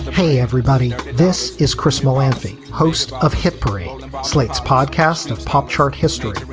hey, everybody, this is chris mohanty, host of hippogriff slate's podcast of pop chart history.